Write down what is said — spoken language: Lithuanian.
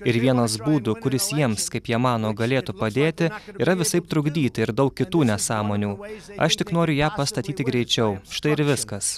ir vienas būdų kuris jiems kaip jie mano galėtų padėti yra visaip trukdyti ir daug kitų nesąmonių aš tik noriu ją pastatyti greičiau štai ir viskas